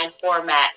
format